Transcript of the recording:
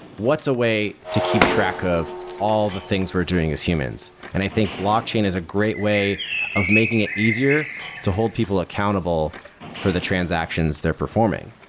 what's a way to keep track of all the things we're doing as humans? and i think blockchain is a great way of making it easier to hold people accountable for the transactions they're performing.